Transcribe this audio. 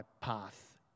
path